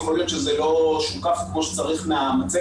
יכול להיות שזה לא שוקף כמו שצריך מהמצגת,